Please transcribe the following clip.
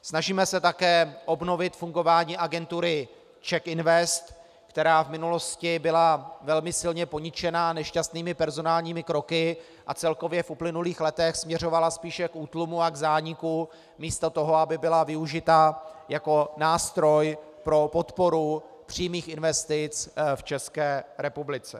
Snažíme se také obnovit fungování agentury CzechInvest, která v minulosti byla velmi silně poničena nešťastnými personálními kroky a celkově v uplynulých letech směřovala spíše k útlumu a k zániku místo toho, aby byla využita jako nástroj pro podporu přímých investic v České republice.